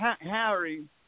Harry